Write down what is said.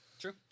True